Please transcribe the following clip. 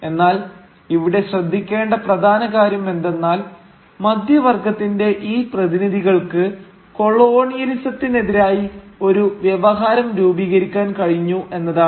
എന്നാൽ ഇവിടെ ശ്രദ്ധിക്കേണ്ട പ്രധാന കാര്യം എന്തെന്നാൽ മധ്യവർഗ്ഗത്തിന്റെ ഈ പ്രതിനിധികൾക്ക് കൊളോണിയലിസത്തിനെതിരായി ഒരു വ്യവഹാരം രൂപീകരിക്കാൻ കഴിഞ്ഞു എന്നതാണ്